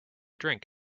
drink